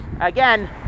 again